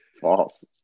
False